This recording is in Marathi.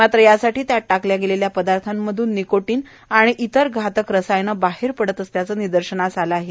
मात्र यासाठी त्यात व्यकल्या गेलेल्या पदार्थांमधून निकोटीन आणि इतर घातक रसायनं बाहेर पडत असल्याचं निदर्शनास आलं आहे